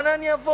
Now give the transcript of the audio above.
אנה אני אבוא?